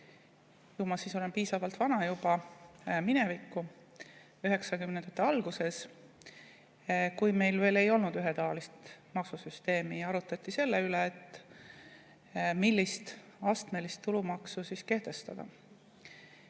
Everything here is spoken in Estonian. ma siis olen piisavalt vana juba – minevikku. 1990‑ndate alguses, kui meil veel ei olnud ühetaolist maksusüsteemi, arutati selle üle, millist astmelist tulumaksu kehtestada.